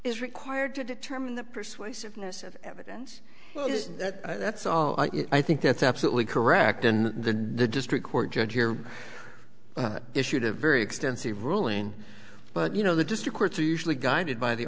is required to determine the persuasiveness of evidence that that's all i think that's absolutely correct and the the district court judge here issued a very extensive ruling but you know the district courts are usually guided by the